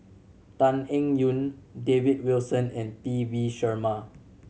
Tan Eng Yoon David Wilson and P V Sharma